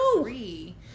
three